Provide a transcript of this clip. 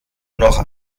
noch